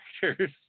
characters